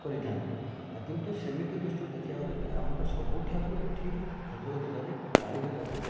କରିଥାନ୍ତି କିନ୍ତୁ ସେମିତି ଦୃଷ୍ଟିରୁ ଦେଖିବାକୁ ଗଲେ ଆମର ସବୁଠାରୁ ଏଠି ଭଦ୍ରକ ଜିଲ୍ଲାରେ କାଳୀପୂଜାକୁ